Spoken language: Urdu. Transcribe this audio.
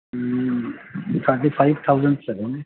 thirty five thousand